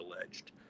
alleged